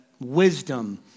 wisdom